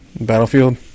Battlefield